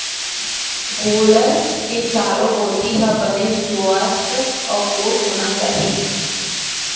गोल्लर के चारों कोइत ह बने सुवास्थ अउ पोठ होना चाही